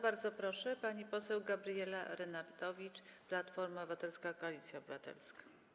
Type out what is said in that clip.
Bardzo proszę, pani poseł Gabriela Lenartowicz, Platforma Obywatelska - Koalicja Obywatelska.